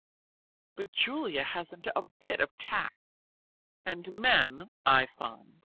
but julia hasn't a bit of tact and men, i find,